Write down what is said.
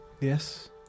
yes